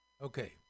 Okay